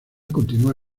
continúa